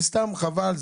זה סתם חבל.